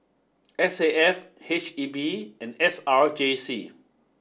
S A F H E B and S R J C